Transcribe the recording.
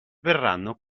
verranno